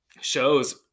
shows